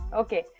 okay